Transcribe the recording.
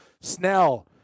Snell